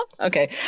Okay